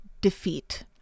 defeat